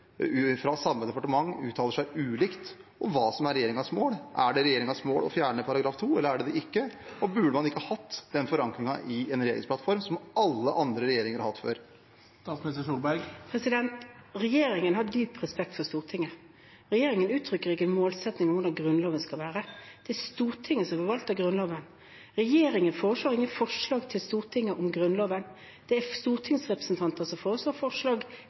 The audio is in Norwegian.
fra samme departement uttaler seg ulikt om hva som er regjeringens mål? Er det regjeringens mål å fjerne § 2, eller er det det ikke? Burde man ikke hatt den forankringen i en regjeringsplattform, som alle andre regjeringer har hatt før? Regjeringen har dyp respekt for Stortinget. Regjeringen uttrykker ikke målsettinger om hvordan Grunnloven skal være. Det er Stortinget som forvalter Grunnloven. Regjeringen legger ikke frem forslag om Grunnloven til Stortinget. Det er stortingsrepresentanter som legger frem forslag